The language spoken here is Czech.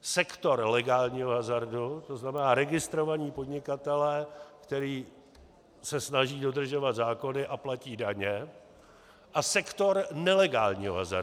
Sektor legálního hazardu, to znamená registrovaní podnikatelé, kteří se snaží dodržovat zákony a platí daně, a sektor nelegálního hazardu.